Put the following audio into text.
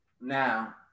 Now